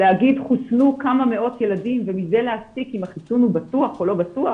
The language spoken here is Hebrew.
להגיד חוסנו כמה מאות ילדים ומזה להסיק אם החיסון הוא בטוח או לא בטוח?